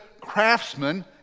craftsmen